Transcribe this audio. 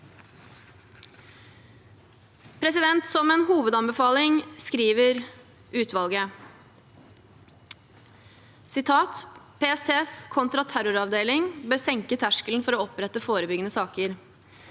planlagt. Som en hovedanbefaling skriver utvalget: «PSTs kontraterroravdeling bør senke terskelen for å opprette forebyggende saker.